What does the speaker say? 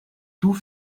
tout